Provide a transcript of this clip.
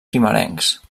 primerencs